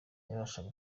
yabashaga